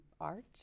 art